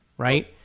Right